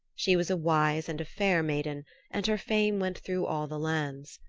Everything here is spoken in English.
she was a wise and a fair maiden and her fame went through all the lands.